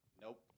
Nope